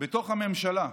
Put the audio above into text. בתוך הממשלה.